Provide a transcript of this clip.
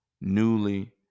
newly